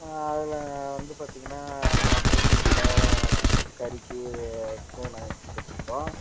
அதில் வந்து பார்த்தீங்கன்னா நாட்டுக்கோழி முட்டை கறிக்கு இதுக்கும் நாங்கள் கொடுத்துட்ருக்கோம்